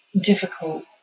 difficult